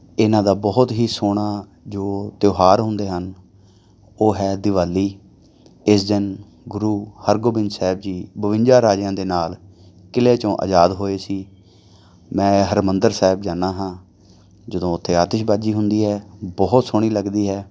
ਇਹਨਾਂ ਦਾ ਬਹੁਤ ਹੀ ਸੋਹਣਾ ਜੋ ਤਿਉਹਾਰ ਹੁੰਦੇ ਹਨ ਉਹ ਹੈ ਦਿਵਾਲੀ ਇਸ ਦਿਨ ਗੁਰੂ ਹਰਗੋਬਿੰਦ ਸਾਹਿਬ ਜੀ ਬਵੰਜਾ ਰਾਜਿਆਂ ਦੇ ਨਾਲ ਕਿਲ੍ਹੇ 'ਚੋਂ ਆਜ਼ਾਦ ਹੋਏ ਸੀ ਮੈਂ ਹਰਿਮੰਦਰ ਸਾਹਿਬ ਜਾਂਦਾ ਹਾਂ ਜਦੋਂ ਉੱਥੇ ਆਤਿਸ਼ਬਾਜੀ ਹੁੰਦੀ ਹੈ ਬਹੁਤ ਸੋਹਣੀ ਲੱਗਦੀ ਹੈ